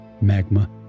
magma